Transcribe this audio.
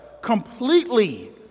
completely